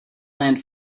land